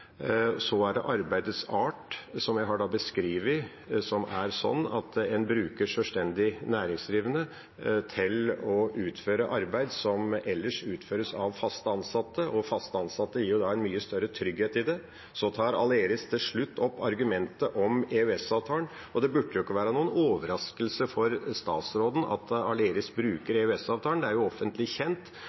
Så er det arbeidets art, som jeg har beskrevet. Det er sånn at man bruker sjølstendig næringsdrivende til å utføre arbeid som ellers utføres av fast ansatte, og fast ansettelse gir mer trygghet. Så tar Aleris til slutt opp argumentet om EØS-avtalen. Det burde ikke være noen overraskelse for statsråden at Aleris bruker EØS-avtalen, det er jo offentlig kjent.